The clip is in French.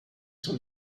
son